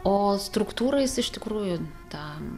o struktūra jis iš tikrųjų tą